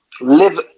live